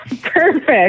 Perfect